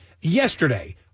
yesterday